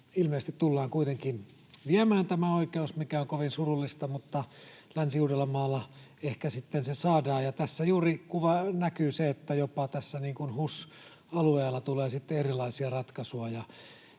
ilmeisesti kuitenkin viemään, mikä on kovin surullista. Mutta Länsi-Uudellamaalla se ehkä sitten saadaan. Tässä juuri näkyy se, että jopa tässä HUS-alueella tulee sitten erilaisia ratkaisuja,